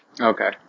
Okay